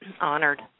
honored